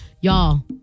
Y'all